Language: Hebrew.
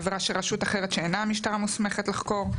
עבירה שרשות אחת שאינה המשטרה מוסמכת לחקור,